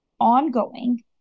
ongoing